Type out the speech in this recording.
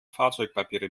fahrzeugpapiere